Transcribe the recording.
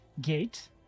gate